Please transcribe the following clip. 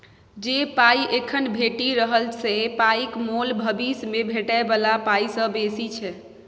जे पाइ एखन भेटि रहल से पाइक मोल भबिस मे भेटै बला पाइ सँ बेसी छै